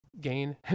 gain